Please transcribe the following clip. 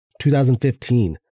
2015